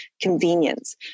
convenience